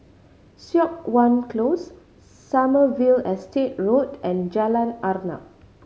Siok Wan Close Sommerville Estate Road and Jalan Arnap